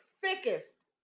thickest